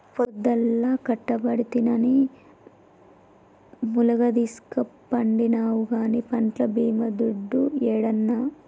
పొద్దల్లా కట్టబడితినని ములగదీస్కపండినావు గానీ పంట్ల బీమా దుడ్డు యేడన్నా